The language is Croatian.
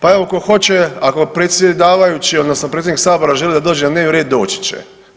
pa evo tko hoće ako predsjedavajući odnosno predsjednik sabora želi da dođe na dnevni red, doći će.